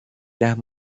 las